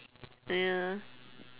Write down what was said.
ya